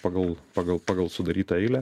pagal pagal pagal sudarytą eilę